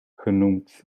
genoemd